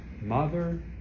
mother